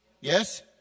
yes